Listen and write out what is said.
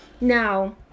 Now